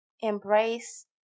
embrace